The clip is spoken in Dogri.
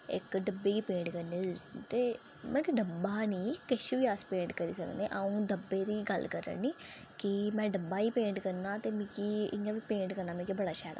इक डब्बे गी पेंट करने गी सिर्फ डब्बा गै नीं किछ बी अस्स पेंट करनेआ आऊँ डब्बें दी गल्ल करानिया कि में डब्बै गै पेंट करना कि उनै गी पेंट करना मिगी बढा शैल लगदा